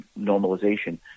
normalization